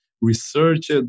researched